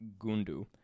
gundu